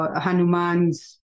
Hanuman's